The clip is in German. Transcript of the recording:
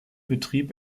betrieb